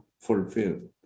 fulfilled